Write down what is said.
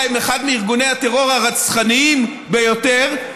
עם אחד מארגוני הטרור הרצחניים ביותר,